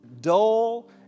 dull